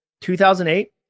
2008